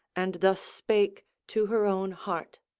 and thus spake to her own heart